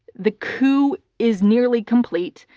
the coup is nearly complete,